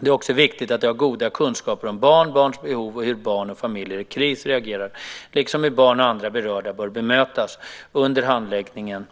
Det är också viktigt att de har goda kunskaper om barn, barns behov och hur barn och familjer i kris reagerar liksom hur barn och andra berörda bör bemötas under handläggningen